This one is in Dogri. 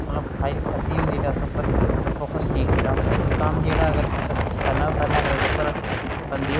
इक्क बारी केह् कीता इनें सारें जनें गोष्ठी कीती इक्क सम्मेलन कीता जेह्ड़ी कविता दा नांऽ ऐ कवि सम्मेलन